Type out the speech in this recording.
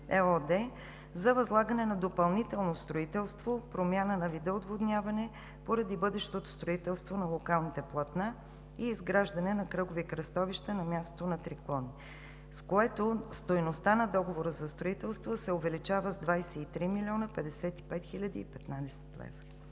за възлагане на допълнително строителство, промяна на вида отводняване поради бъдещото строителство на локалните платна и изграждане на кръгови кръстовища на мястото на триклонните, с което стойността на договора за строителство се увеличава с 23 млн. 55 хил. 15 лв.